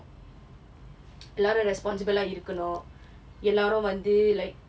எல்லாரும்:ellaarum responsible ah இருக்கணும் எல்லாரும் வந்து:irukkanum ellaarum vanthu like